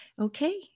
Okay